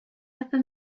ever